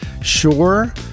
sure